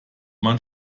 man